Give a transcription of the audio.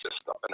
system